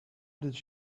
did